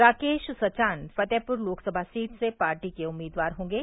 Rakesh Sachan Fatehpur Lok Sabha seat से party के उम्मीदवार होंगे